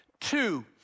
Two